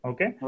Okay